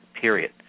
Period